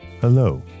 Hello